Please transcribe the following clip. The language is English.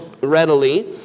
readily